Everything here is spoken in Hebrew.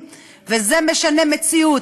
וזה משנה מציאות.